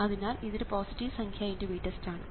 അതിനാൽ ഇതൊരു പോസിറ്റീവ് സംഖ്യ × VTEST ആണ്